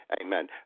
Amen